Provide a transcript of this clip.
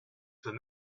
peux